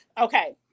Okay